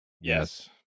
yes